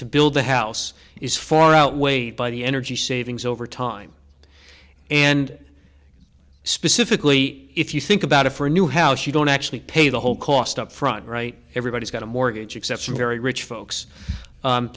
to build the house is far outweighed by the energy savings over time and specifically if you think about it for a new house you don't actually pay the whole cost up front right everybody's got a mortgage except some very rich folks